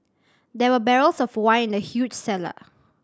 there were barrels of wine in the huge cellar